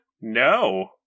No